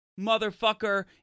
motherfucker